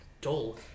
dull